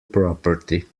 property